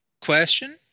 question